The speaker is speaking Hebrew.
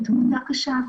עם תמותה קשה,